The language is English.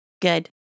good